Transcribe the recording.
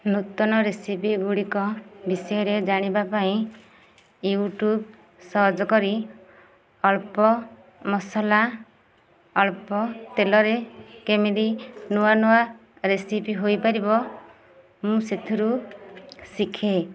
ନୂତନ ରେସିପି ଗୁଡ଼ିକ ବିଷୟରେ ଜାଣିବା ପାଇଁ ୟୁଟ୍ୟୁବ ସର୍ଚ୍ଚ କରି ଅଳ୍ପ ମସଲା ଅଳ୍ପ ତେଲରେ କେମିତି ନୂଆ ନୂଆ ରେସିପି ହୋଇ ପାରିବ ମୁଁ ସେଥିରୁ ଶିଖେ